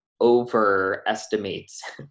overestimates